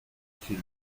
qu’il